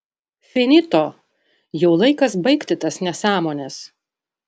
finito jau laikas baigti tas nesąmones